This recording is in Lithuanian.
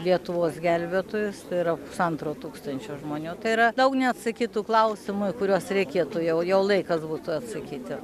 lietuvos gelbėtojus yra pusantro tūkstančio žmonių tai yra daug neatsakytų klausimų į kuriuos reikėtų jau jau laikas būtų atsakyti